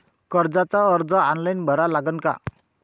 कर्जाचा अर्ज ऑनलाईन भरा लागन का?